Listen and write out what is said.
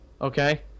Okay